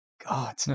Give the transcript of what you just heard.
God